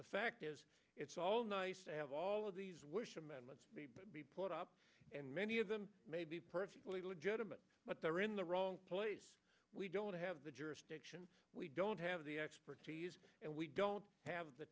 the fact is it's all nice to have all of these were put up and many of them may be perfectly legitimate but they're in the wrong place we don't have the jurisdiction we don't have the expertise and we don't have the